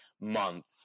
month